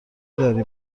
داری